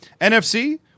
NFC